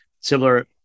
similar